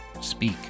speak